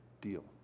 deal